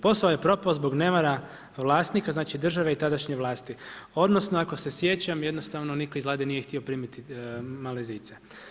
Posao je propao zbog nemara vlasnika, znači države i tadašnje vlasti odnosno ako se sjećam, jednostavno nitko iz Vlade nije htio primiti Malezijce.